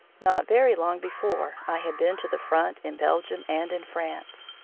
not very long before i had been to the front in belgium and in france.